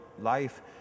life